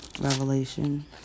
Revelation